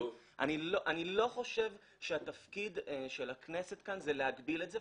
אני לא חושב שהתפקיד של הכנסת זה להגביל את זה.